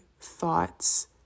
thoughts